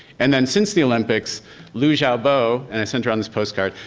and then since the olympics liu xiaobo, and is center on this postcard,